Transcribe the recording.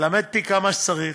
תלמד אותי כמה שצריך,